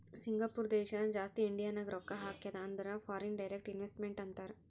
Singapore ದೇಶ ಜಾಸ್ತಿ ಇಂಡಿಯಾನಾಗ್ ರೊಕ್ಕಾ ಹಾಕ್ಯಾದ ಅಂದುರ್ ಫಾರಿನ್ ಡೈರೆಕ್ಟ್ ಇನ್ವೆಸ್ಟ್ಮೆಂಟ್ ಅಂತಾರ್